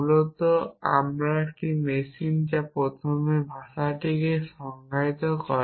মূলত একটি মেশিন যা প্রথমে এই ভাষাটিকে সংজ্ঞায়িত করে